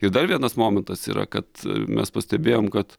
ir dar vienas momentas yra kad mes pastebėjom kad